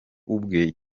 ubwe